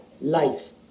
life –